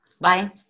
Bye